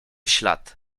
ślad